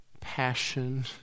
passion